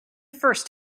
first